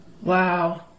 Wow